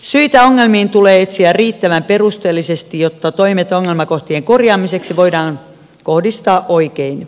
syitä ongelmiin tulee etsiä riittävän perusteellisesti jotta toimet ongelmakohtien korjaamiseksi voidaan kohdistaa oikein